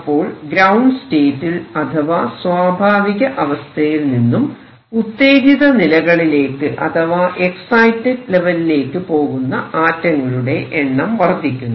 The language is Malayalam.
അപ്പോൾ ഗ്രൌണ്ട് സ്റ്റേറ്റിൽ അഥവാ സ്വാഭാവിക അവസ്ഥയിൽ നിന്നും ഉത്തേജിതനിലകളിലേക്ക് അഥവാ എക്സൈറ്റഡ് ലെവലിലേക്ക് പോകുന്ന ആറ്റങ്ങളുടെ എണ്ണം വർദ്ധിക്കുന്നു